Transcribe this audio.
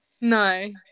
No